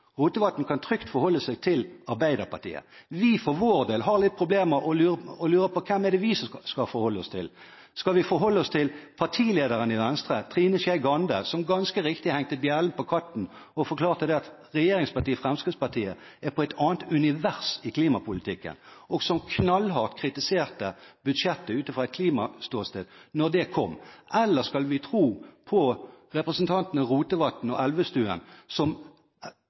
Rotevatn kan trygt forholde seg til Arbeiderpartiet. Vi for vår del har litt problemer og lurer på hvem vi skal forholde oss til. Skal vi forholde oss til partilederen i Venstre, Trine Skei Grande, som ganske riktig hengte bjellen på katten og forklarte at regjeringspartiet Fremskrittspartiet er i et annet univers i klimapolitikken, og som knallhardt kritiserte budsjettet ut fra et klimaståsted da det kom, eller skal vi tro på representantene Rotevatn og Elvestuen, som